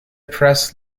press